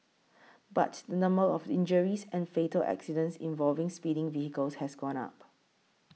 but the number of injuries and fatal accidents involving speeding vehicles has gone up